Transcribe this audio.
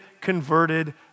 converted